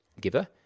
giver